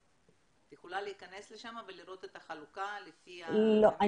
את יכולה להיכנס לשם ולראות את החלוקה לפי ה --- לא,